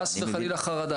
חס וחלילה חרדה.